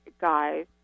guys